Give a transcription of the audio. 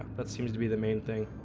that seems to be the main thing